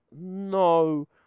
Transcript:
no